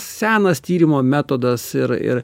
senas tyrimo metodas ir ir